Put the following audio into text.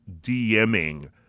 DMing